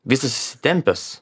visas įsitempęs